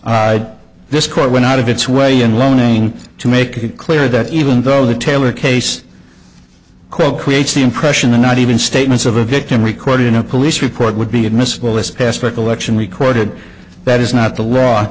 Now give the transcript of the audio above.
i this court went out of its way and learning to make it clear that even though the taylor case quote creates the impression that not even statements of the victim recorded in a police report would be admissible this aspect election recorded that is not the law